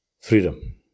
freedom